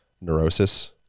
neurosis